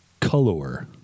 color